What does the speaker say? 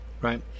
right